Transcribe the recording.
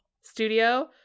studio